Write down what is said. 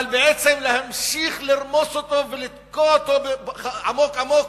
אבל בעצם להמשיך לרמוס אותו ולתקוע אותו עמוק-עמוק